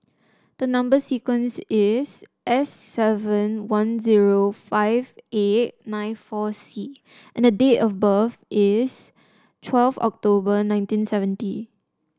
the number sequence is S seven one zero five eight nine four C and the date of birth is twelve October nineteen seventy